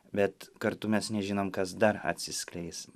bet kartu mes nežinom kas dar atsiskleis